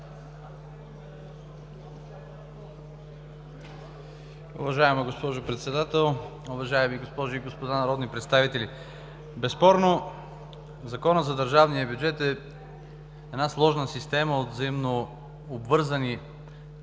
Уважаема госпожо Председател, уважаеми госпожи и господа народни представители! Безспорно Законът за държавния бюджет е една сложна система от взаимно обвързани,